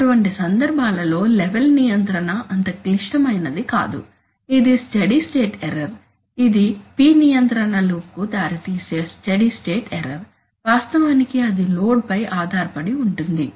అటువంటి సందర్భాలలో లెవెల్ నియంత్రణ అంత క్లిష్టమైనది కాదు ఇది స్టడీ స్టేట్ ఎర్రర్ ఇది P నియంత్రణ లూప్కు దారితీసే స్టడీ స్టేట్ ఎర్రర్ వాస్తవానికి అది లోడ్ పై ఆధారపడి ఉంటుంది